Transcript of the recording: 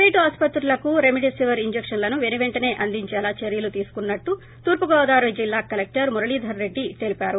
వేటు ఆసుపత్రులకు రెమిడెసివర్ ఇంజెక్షన్లను పెనువెంటనే అందించేలా చర్యలు తీసుకున్నట్లు తూర్పు గోదావరి జిల్లా కలెక్టర్ మురళీధర్ రెడ్డి తెలిపారు